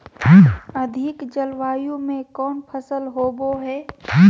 अधिक जलवायु में कौन फसल होबो है?